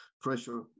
pressure